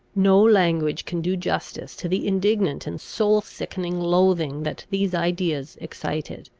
no language can do justice to the indignant and soul-sickening loathing that these ideas excited.